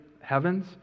heavens